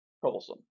troublesome